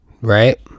right